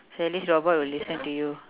so at least robot will listen to you